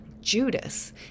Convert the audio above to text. Judas